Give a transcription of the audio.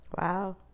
Wow